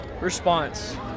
response